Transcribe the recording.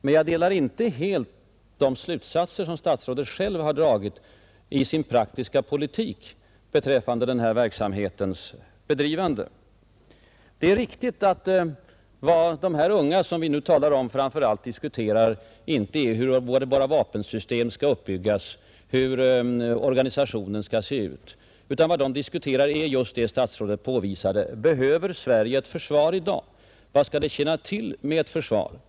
Men jag delar inte de slutsatser statsrådet själv har dragit i sin praktiska politik när det gäller verksamhetens bedrivande. Det är riktigt att vad de unga som vi nu talar om framför allt diskuterar inte är hur våra vapensystem skall byggas upp eller hur organisationen skall se ut, utan vad de diskuterar är, som statsrådet sade: Behöver Sverige ett försvar i dag? Vad skall det tjäna till med ett försvar?